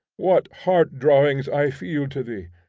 what heart-drawings i feel to thee!